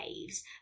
waves